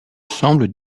semble